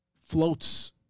floats